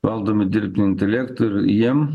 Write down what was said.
valdomi dirbtiniu intelektu ir jiem